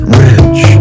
rich